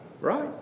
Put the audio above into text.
right